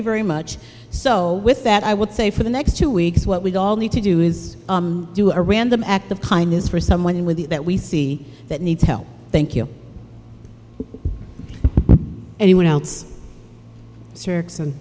you very much so with that i would say for the next two weeks what we all need to do is do a random act of kindness for someone with that we see that needs help thank you anyone else